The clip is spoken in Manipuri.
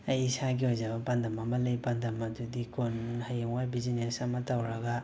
ꯑꯩ ꯏꯁꯥꯒꯤ ꯑꯣꯏꯖꯕ ꯄꯥꯟꯗꯝ ꯑꯃ ꯂꯩ ꯄꯥꯟꯗꯝ ꯑꯗꯨꯗꯤ ꯀꯣꯟꯅ ꯍꯌꯦꯡꯋꯥꯏ ꯕꯤꯖꯤꯅꯦꯁ ꯑꯃ ꯇꯧꯔꯒ